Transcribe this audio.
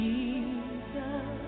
Jesus